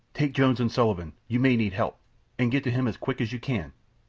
take jones and sullivan you may need help and get to him as quick as you can.